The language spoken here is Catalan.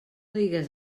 digues